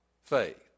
faith